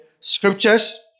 scriptures